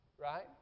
right